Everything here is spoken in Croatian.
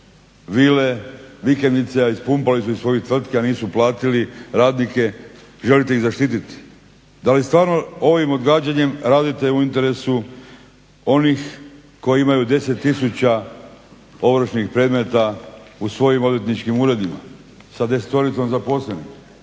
vile, vikendice, a ispumpali su iz svojih tvrtki, a nisu platili radnike, želite ih zaštitit? Da li stvarno ovim odgađanjem radite u interesu onih koji imaju 10 tisuća ovršnih predmeta u svojim odvjetničkim uredima, sa desetoricom zaposlenih.